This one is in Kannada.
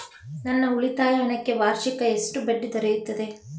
ನನ್ನ ಉಳಿತಾಯ ಹಣಕ್ಕೆ ವಾರ್ಷಿಕ ಎಷ್ಟು ಬಡ್ಡಿ ದೊರೆಯುತ್ತದೆ?